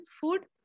food